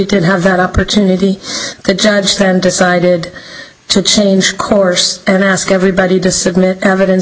didn't have that opportunity the judge then decided to change course and ask everybody to submit evidence